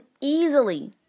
easily